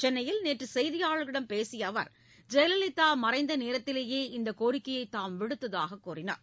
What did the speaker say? சென்னையில் நேற்று செய்தியாளர்களிடம் பேசிய அவர் ஜெயலலிதா மறைந்த நேரத்திலேயே இந்தக் கோரிக்கையை தாம் விடுத்ததாகக் கூறினார்